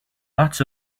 lots